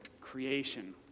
creation